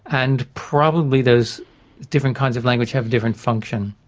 and probably those different kinds of language have different function,